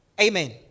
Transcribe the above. Amen